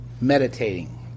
meditating